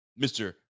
Mr